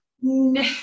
No